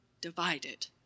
divided